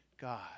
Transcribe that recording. God